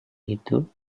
itu